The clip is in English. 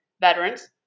veterans